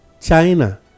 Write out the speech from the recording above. China